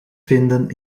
vinden